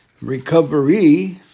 recovery